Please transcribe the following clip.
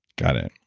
got it.